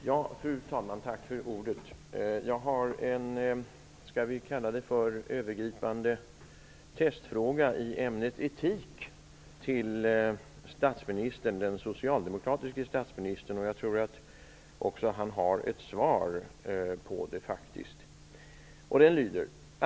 Fru talman! Jag har en övergripande testfråga i ämnet etik till den socialdemokratiske statsministern. Jag tror att han faktiskt också har ett svar.